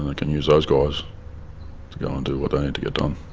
and can use those guys to go and do what they need to get done